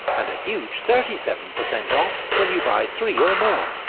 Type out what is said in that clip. and a huge thirty seven per cent off when you buy three or more.